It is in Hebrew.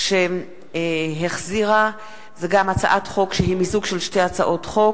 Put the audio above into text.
שהחזירה ועדת הכלכלה,